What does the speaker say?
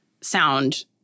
sound